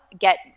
get